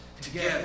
together